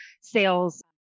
sales